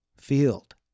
field